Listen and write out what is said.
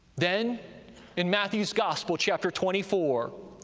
then in matthew's gospel, chapter twenty four,